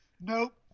Nope